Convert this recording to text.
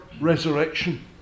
resurrection